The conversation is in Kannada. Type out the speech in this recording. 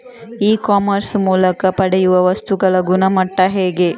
ಇ ಕಾಮರ್ಸ್ ಮೂಲಕ ಪಡೆಯುವ ವಸ್ತುಗಳ ಗುಣಮಟ್ಟ ಹೇಗೆ?